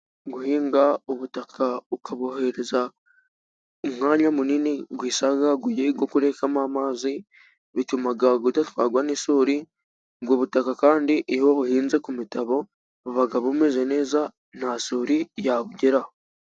Guhinga ubutaka ukabuhereza umwanya munini wisagaguye wo kurerekamo amazi bituma udatwagwa n'isuri. Ubwo butaka kandi iyo buhinze ku mitabo buba bumeze neza nta suri yabugeraho.